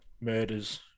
murders